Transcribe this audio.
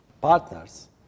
partners